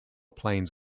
planes